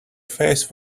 face